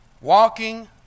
walking